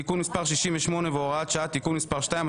תיקון מס' 68 והוראת שעה) (תיקון מס' 2),